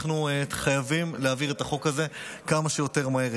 אנחנו חייבים להעביר את החוק הזה כמה שיותר מהר.